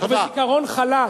וזיכרון חלש.